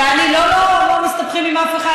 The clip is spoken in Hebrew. לא, לא מסתבכים עם אף אחד.